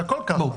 הכול ככה.